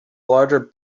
larger